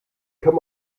kann